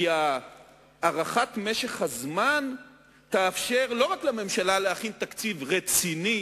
כי הארכת משך הזמן תאפשר לא רק לממשלה להכין תקציב רציני